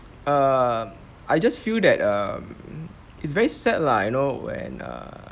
err I just feel that um it's very sad lah I know when err